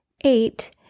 Eight